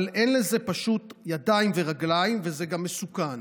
אבל אין לזה פשוט ידיים ורגליים, וזה גם מסוכן.